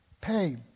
pay